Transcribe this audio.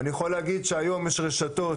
אני יכול להגיד שהיום יש רשתות